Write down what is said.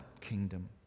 kingdom